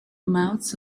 mouths